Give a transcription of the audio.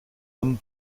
homme